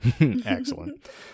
Excellent